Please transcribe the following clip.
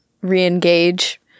re-engage